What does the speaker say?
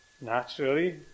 naturally